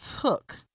took